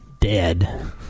dead